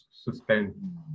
suspend